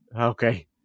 Okay